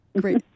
Great